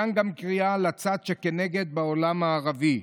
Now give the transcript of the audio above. מכאן, גם קריאה לצד שכנגד בעולם הערבי: